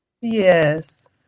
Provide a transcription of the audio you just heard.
Yes